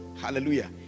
Hallelujah